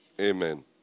Amen